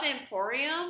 Emporium